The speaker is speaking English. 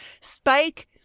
Spike